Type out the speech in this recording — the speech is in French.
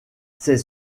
ses